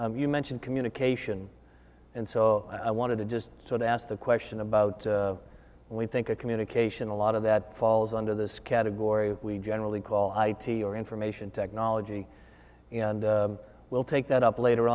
you mentioned communication and so i wanted to just sort of ask the question about and we think a communication a lot of that falls under this category generally call ip or information technology and we'll take that up later